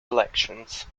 elections